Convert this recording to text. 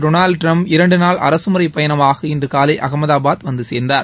Trump இரண்டு நாள் அரசு முறை பயணமாக இன்று காலை அகமதாபாத் வந்து சே்ந்தார்